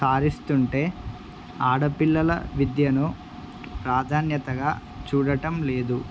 సారిస్తుంటే ఆడపిల్లల విద్యను ప్రాధాన్యతగా చూడటం లేదు